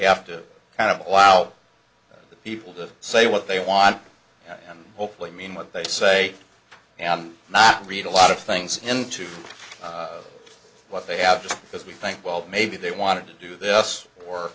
have to kind of all out the people to say what they want and hopefully mean what they say and not read a lot of things into what they have just because we think well maybe they wanted to do this or